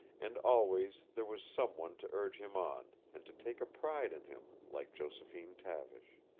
and always there was someone to urge him on, and to take a pride in him, like josephine tavish.